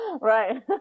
Right